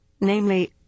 namely